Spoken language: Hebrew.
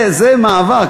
זה מאבק.